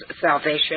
salvation